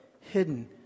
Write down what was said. hidden